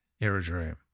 aerodrome